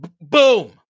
Boom